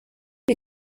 wie